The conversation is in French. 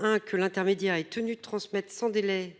hein que l'intermédiaire est tenu de transmettre sans délai